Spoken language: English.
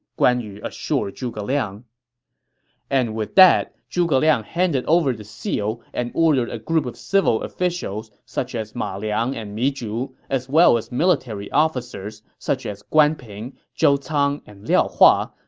guan yu assured zhuge liang and with that, zhuge liang handed over the seal and ordered a group of civil officials, such as ma liang and mi zhu, as well as military officers, such as guan ping, zhou cang, and liao hua,